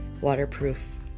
waterproof